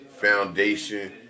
foundation